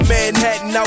Manhattan